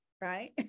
right